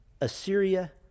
Assyria